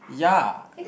yeah